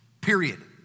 period